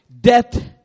death